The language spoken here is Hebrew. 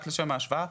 רק לשם ההשוואה,